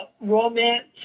romance